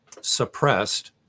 suppressed